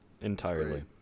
entirely